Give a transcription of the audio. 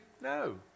No